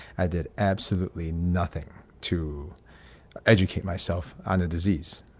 i did absolutely nothing to educate myself on the disease.